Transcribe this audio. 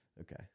okay